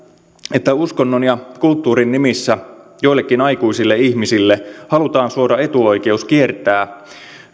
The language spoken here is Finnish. että uskonnon ja kulttuurin nimissä joillekin aikuisille ihmisille halutaan suoda etuoikeus kiertää